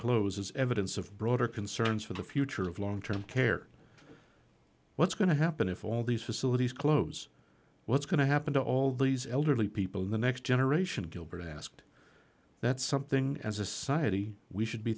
close as evidence of broader concerns for the future of long term care what's going to happen if all these facilities close what's going to happen to all these elderly people in the next generation gilbert asked that something as a society we should be